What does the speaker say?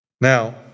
Now